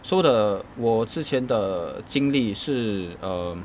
说的我之前的经历是 um